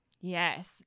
yes